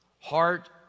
heart